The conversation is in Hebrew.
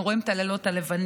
אנחנו רואים את הלילות הלבנים,